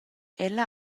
ella